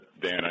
Dan